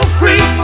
free